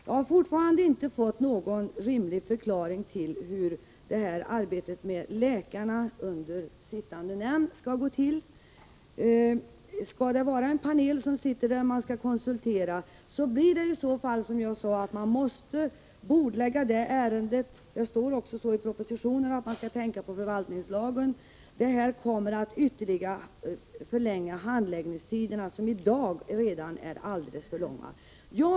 Jag har fortfarande inte fått någon rimlig förklaring till hur det här arbetet med läkarna under sittande nämnd skall gå till. Skall det vara en panel som man skall konsultera, blir det i så fall som jag sade att man måste bordlägga 161 det ärendet. Det står också i propositionen att man skall tänka på förvaltningslagen. Detta kommer att ytterligare förlänga handläggningstiderna, som redan i dag är alldeles för långa.